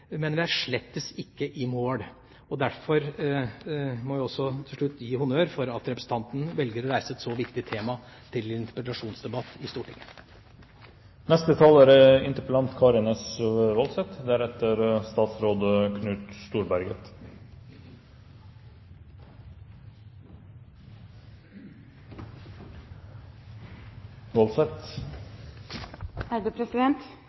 Men vi er slett ikke i mål. Derfor må vi også, til slutt, gi honnør til representanten for at hun velger å reise et så viktig tema til interpellasjonsdebatt i Stortinget. Det er